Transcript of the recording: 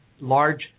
Large